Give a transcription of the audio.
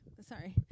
sorry